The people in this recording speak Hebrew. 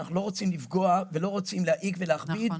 אנחנו לא רוצים לפגוע ולא רוצים להעיק ולהכביד